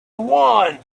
one